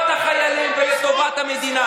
הצבענו בעד ונתנו להם יותר.